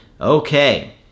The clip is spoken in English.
Okay